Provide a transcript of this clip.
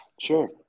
Sure